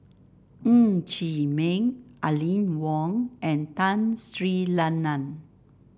Ng Chee Meng Aline Wong and Tun Sri Lanang